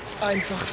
einfach